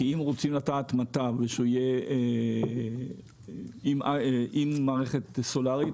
כי אם רוצים לטעת מטע ושהוא יהיה עם מערכת סולארית,